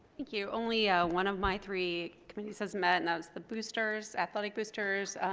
thank you. only ah one of my three committees has met, and that's the boosters, athletic boosters.